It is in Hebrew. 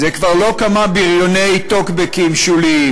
זה כבר לא כמה בריוני טוקבקים שוליים.